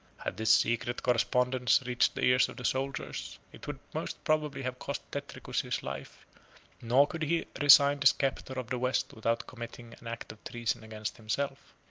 had this secret correspondence reached the ears of the soldiers, it would most probably have cost tetricus his life nor could he resign the sceptre of the west without committing an act of treason against himself.